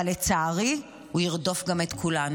אבל לצערי, הוא ירדוף גם את כולנו.